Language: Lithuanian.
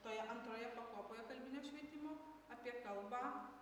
toje antroje pakopoje kalbinio švietimo apie kalbą